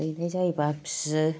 दैनाय जायोबा फिसियो